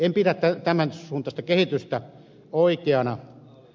en pidä tämän suuntaista kehitystä oikeana